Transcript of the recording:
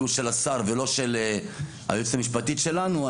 הוא של השר ולא של היועצת המשפטית שלנו,